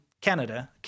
Canada